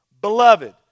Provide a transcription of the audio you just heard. Beloved